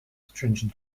strangely